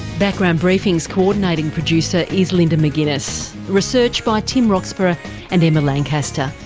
background briefing's coordinating producer is linda mcginness, research by tim roxburgh and emma lancaster,